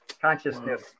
Consciousness